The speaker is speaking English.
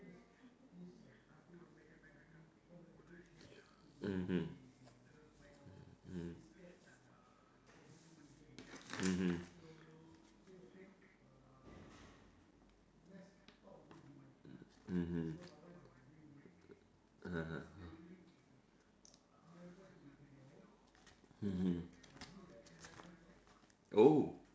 mmhmm mm mmhmm mmhmm (uh huh) mmhmm oh